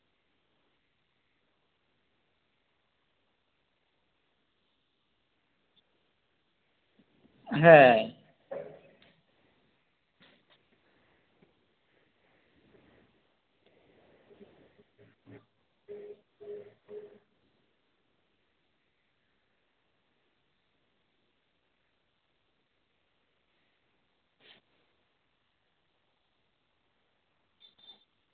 ᱦᱮᱸ